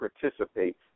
participate